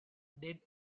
dead